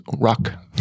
rock